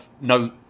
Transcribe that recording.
no